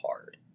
hard